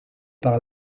par